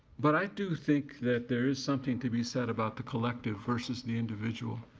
but i do think that there is something to be said about the collective versus the individual.